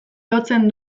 lotzen